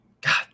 God